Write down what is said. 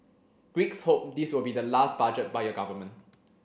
Greeks hope this will be the last budget by your government